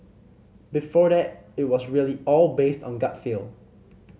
before that it was really all based on gut feel